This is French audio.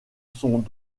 sont